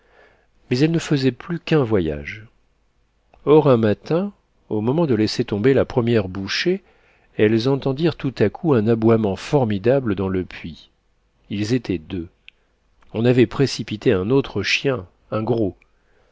mais elles ne faisaient plus qu'un voyage or un matin au moment de laisser tomber la première bouchée elles entendirent tout à coup un aboiement formidable dans le puits ils étaient deux on avait précipité un autre